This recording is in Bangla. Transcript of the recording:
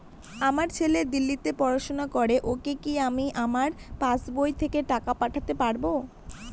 আমার ছেলে দিল্লীতে পড়াশোনা করে ওকে কি আমি আমার পাসবই থেকে টাকা পাঠাতে পারব?